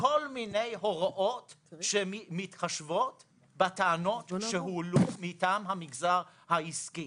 כל מיני הוראות שמתחשבות בטענות שהועלו מטעם המגזר העסקי.